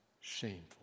shameful